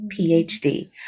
PhD